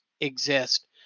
exist